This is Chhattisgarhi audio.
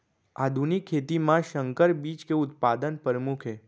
आधुनिक खेती मा संकर बीज के उत्पादन परमुख हे